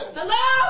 Hello